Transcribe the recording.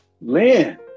Lynn